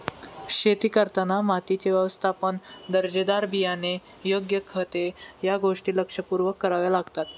शेती करताना मातीचे व्यवस्थापन, दर्जेदार बियाणे, योग्य खते या गोष्टी लक्षपूर्वक कराव्या लागतात